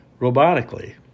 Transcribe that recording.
robotically